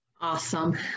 awesome